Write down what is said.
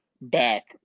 back